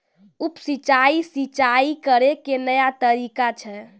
उप सिंचाई, सिंचाई करै के नया तरीका छै